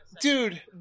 dude